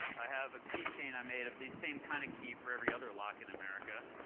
i have a keychain i made of the same kind of key for every other lock in america.